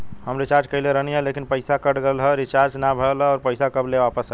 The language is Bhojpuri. हम रीचार्ज कईले रहनी ह लेकिन पईसा कट गएल ह रीचार्ज ना भइल ह और पईसा कब ले आईवापस?